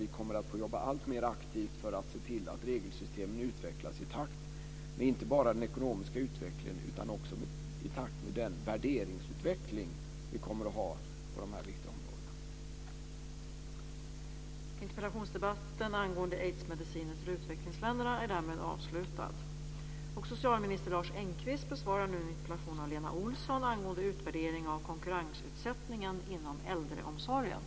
Här kommer vi att få jobba alltmer aktivt för att se till att regelsystemen utvecklas i takt inte bara med den ekonomiska utvecklingen utan också med den värderingsutveckling vi kommer att ha på de här viktiga områdena.